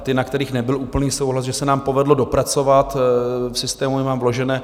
Ty, na kterých nebyl úplný souhlas, se nám povedlo dopracovat, v systému je mám vložené.